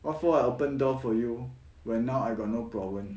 what for I open door for you when now I got no problem